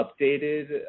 updated